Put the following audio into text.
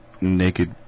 naked